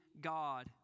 God